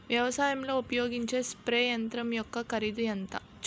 వ్యవసాయం లో ఉపయోగించే స్ప్రే యంత్రం యెక్క కరిదు ఎంత?